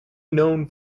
known